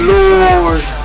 Lord